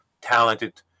talented